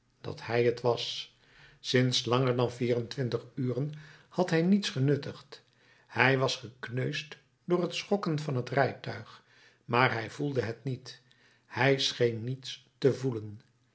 dat hij het was sinds langer dan vier-en-twintig uren had hij niets genuttigd hij was gekneusd door het schokken van het rijtuig maar hij voelde het niet hij scheen niets te voelen